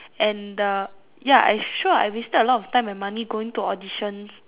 and the ya I sure I wasted a lot of time and money going to auditions